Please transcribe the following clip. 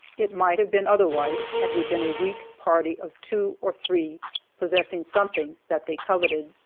it might have been otherwise, had we been a weak party of two or three possessing something that they coveted.